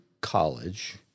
college